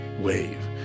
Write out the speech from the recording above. wave